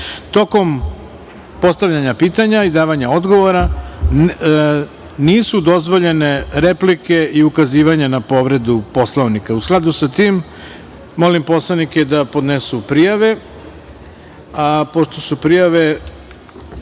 postavljanja pitanja i davanja odgovora nisu dozvoljene replike i ukazivanja na povredu Poslovnika. U skladu sa tim, molim poslanike da podnesu prijave, a pošto su prijave